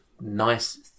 nice